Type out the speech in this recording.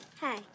Hi